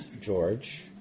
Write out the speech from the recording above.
George